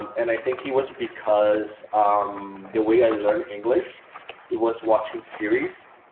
and i think it was because the way i learned english it was watching series.